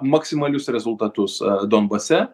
maksimalius rezultatus donbase